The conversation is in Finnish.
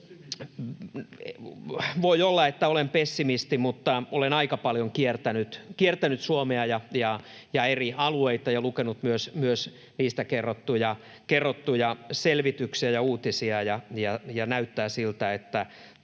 Voi olla, että olen pessimisti, mutta olen aika paljon kiertänyt Suomea ja eri alueita ja lukenut myös niistä kerrottuja selvityksiä ja uutisia, ja näyttää siltä, että